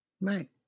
right